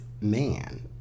man